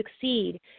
succeed